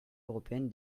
européenne